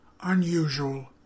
unusual